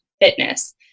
fitness